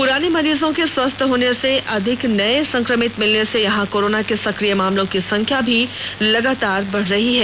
पूराने मरीजों के स्वस्थ होने से अधिक नए संक्रमित मिलने से यहां कोरोना के सक्रिय मामले की संख्या भी लगातार बढ रही है